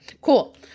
cool